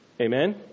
Amen